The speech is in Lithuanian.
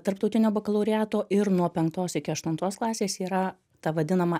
tarptautinio bakalaureato ir nuo penktos iki aštuntos klasės yra ta vadinama